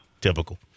Typical